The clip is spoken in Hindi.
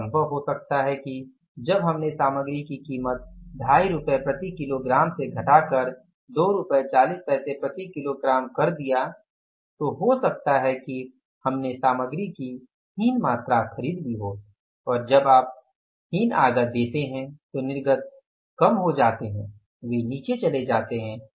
यह संभव हो सकता है कि जब हमने सामग्री की कीमत 25 प्रति किलोग्राम से घटाकर 24 प्रति किलोग्राम कर दिया तो हो सकता है कि हमने सामग्री की हीन मात्रा खरीद ली हो और जब आप हीन आगत देते हैं तो निर्गत कम हो जाते हैं वे नीचे चले जाते हैं